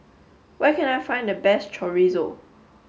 where can I find the best Chorizo